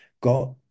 got